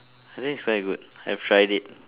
I think it's very good I've tried it